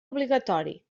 obligatori